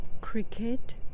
cricket